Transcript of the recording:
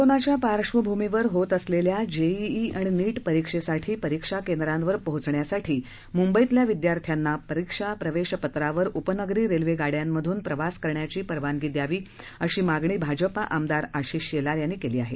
कोरोनाच्या पार्श्वभूमीवर होत असलेल्या जेईई आणि नीट परीक्षेसाठी परीक्षा केंद्रांवर पोहोचण्यासाठी मुंबईतल्या विद्यार्थ्यांना परीक्षा प्रवेशपत्रावर उपनगरी रेल्वे गाड्यांमधून प्रवास करण्याची परवानगी दयावी अशी मागणी भाजपा आमदार आशीष शेलार यांनी केली आहे